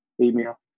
email